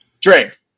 Drake